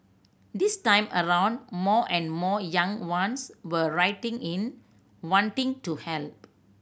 this time around more and more young ones were writing in wanting to help